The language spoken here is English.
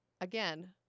again